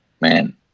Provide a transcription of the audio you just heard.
man